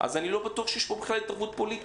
אז אני לא בטוח שיש פה בכלל התערבות פוליטית.